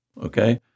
okay